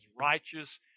righteous